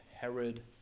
herod